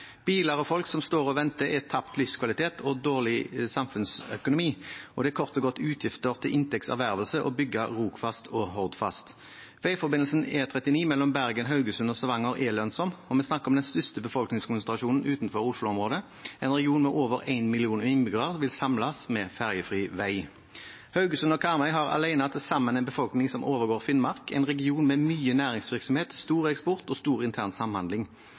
Biler og folk som står og venter, er tapt livskvalitet og dårlig samfunnsøkonomi, og det er kort og godt utgifter til inntekts ervervelse å bygge Rogfast og Hordfast. Veiforbindelsen E39 mellom Bergen, Haugesund og Stavanger er lønnsom, og vi snakker om den største befolkningskonsentrasjonen utenfor Oslo-området. En region med over én million innbyggere vil samles med fergefri vei. Haugesund og Karmøy har alene til sammen en befolkning som overgår Finnmark, og er en region med mye næringsvirksomhet, stor eksport og stor intern samhandling.